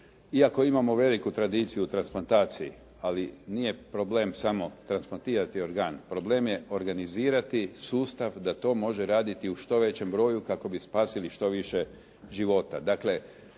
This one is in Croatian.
Iako imamo veliku tradiciju u transplantaciji, ali nije problem sam transplantirati organ, problem je organizirati sustav da to može raditi u što većem broju kako bi spasili što više života.